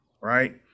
right